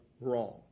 wrong